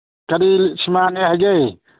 ꯀꯔꯤ ꯁꯤꯃꯥꯅꯤ ꯍꯥꯏꯒꯦ